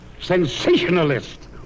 Sensationalist